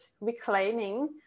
reclaiming